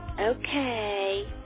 Okay